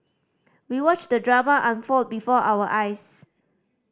we watched the drama unfold before our eyes